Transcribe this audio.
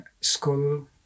school